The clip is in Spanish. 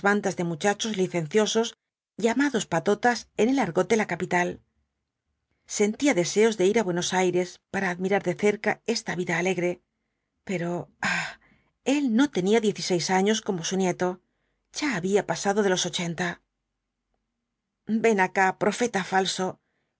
de muchachos licenciosos llamados patotas en el argot de la capital sentía deseos de ir á buenos aires para admirar de cerca esta vida alegre pero ay él no tenía diez y seis años como su nieto ya había pasado de los ochenta ven acá profeta falso